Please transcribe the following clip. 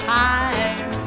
time